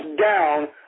down